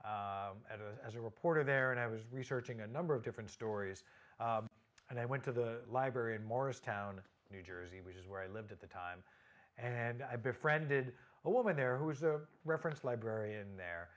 as a as a reporter there and i was researching a number of different stories and i went to the library in morristown new jersey which is where i lived at the time and i befriended a woman there who was a reference librarian there